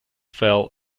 fell